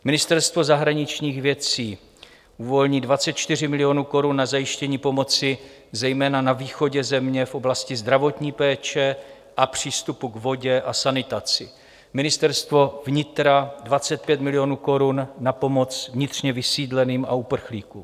Ministerstvo zahraničních věcí uvolní 24 milionů korun na zajištění pomoci zejména na východě země v oblasti zdravotní péče a přístupu k vodě a sanitaci, Ministerstvo vnitra 25 milionů korun na pomoc vnitřně vysídleným a uprchlíkům.